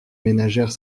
ménagères